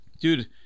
Dude